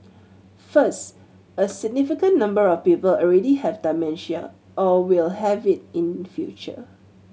first a significant number of people already have dementia or will have it in future